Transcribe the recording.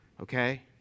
okay